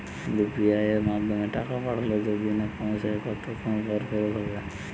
UPI য়ের মাধ্যমে টাকা পাঠালে যদি না পৌছায় কতক্ষন পর ফেরত হবে?